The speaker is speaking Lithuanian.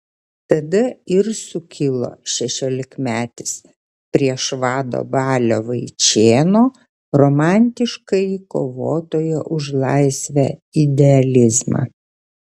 tada ir sukilo šešiolikmetis prieš vado balio vaičėno romantiškąjį kovotojo už laisvę idealizmą